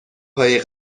هایی